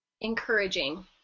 encouraging